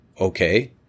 Okay